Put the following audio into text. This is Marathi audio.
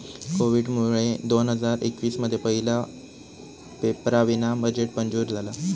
कोविडमुळे दोन हजार एकवीस मध्ये पहिला पेपरावीना बजेट मंजूर झाला